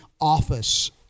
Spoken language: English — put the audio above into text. office